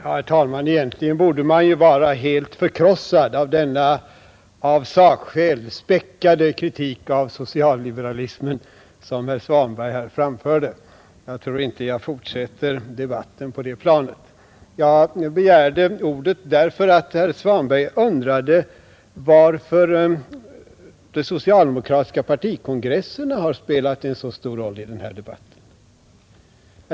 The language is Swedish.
Herr talman! Egentligen borde man vara helt förkrossad av denna av sakskäl späckade kritik av social-liberalismen som herr Svanberg framförde. Jag tror inte jag fortsätter debatten på det planet. Jag begärde ordet därför att herr Svanberg undrade varför de socialdemokratiska partikongresserna har spelat en så stor roll i debatten.